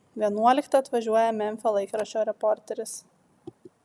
vienuoliktą atvažiuoja memfio laikraščio reporteris